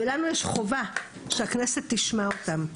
ולנו יש חובה שהכנסת תשמע אותם.